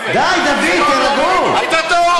די, דוד, ככה אתה רוצה לסיים מושב?